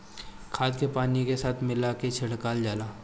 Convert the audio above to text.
खाद के पानी के साथ मिला के छिड़कल जाला